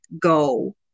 go